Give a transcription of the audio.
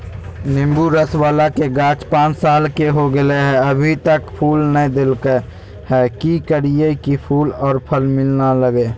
नेंबू रस बाला के गाछ पांच साल के हो गेलै हैं अभी तक फूल नय देलके है, की करियय की फूल और फल मिलना लगे?